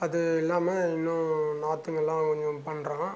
அது இல்லாமல் இன்னும் நாற்றுங்கல்லாம் கொஞ்சம் பண்ணுறோம்